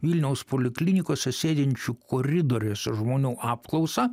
vilniaus poliklinikose sėdinčių koridoriuose žmonių apklausą